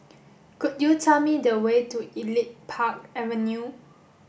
could you tell me the way to Elite Park Avenue